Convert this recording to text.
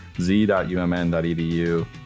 z.umn.edu